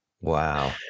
Wow